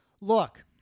look